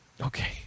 Okay